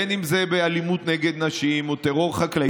בין אם זה באלימות נגד נשים או טרור חקלאי,